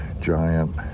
giant